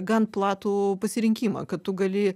gan platų pasirinkimą kad tu gali